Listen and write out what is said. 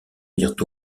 mirent